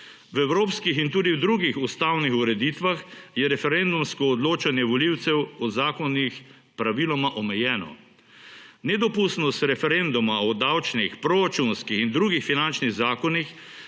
V evropskih in tudi drugih ustavnih ureditvah je referendumsko odločanje volivcev o zakonih praviloma omejeno. Nedopustnost referenduma o davčnih, proračunskih in drugih finančnih zakonih